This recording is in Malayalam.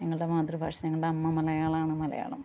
ഞങ്ങളുടെ മാതൃഭാഷ ഞങ്ങളുടെ അമ്മ മലയാളമാണ് മലയാളം